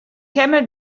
camel